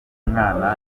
mwana